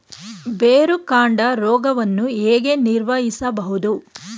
ಬೇರುಕಾಂಡ ರೋಗವನ್ನು ಹೇಗೆ ನಿರ್ವಹಿಸಬಹುದು?